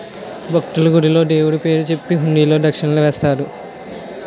భక్తులు, గుడిలో దేవుడు పేరు చెప్పి హుండీలో దక్షిణలు వేస్తారు